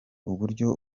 uburyo